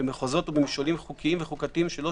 במחוזות ובמשעולים חוקיים וחוקתיים שלא